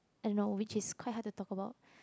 I know which is quite hard to talk about